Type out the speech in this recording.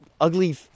ugly